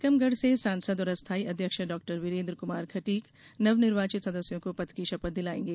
टीकमगढ़ से सांसद और अस्थाई अध्यक्ष डॉ वीरेन्द्र कुमार खटीक नवनिर्वाचित सदस्यों को पद की शपथ दिलायेंगे